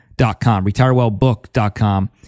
retirewellbook.com